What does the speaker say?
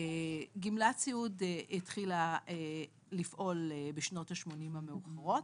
גמלת סיעוד התחילה לפעול בשנות ה-80 המאוחרות,